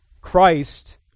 Christ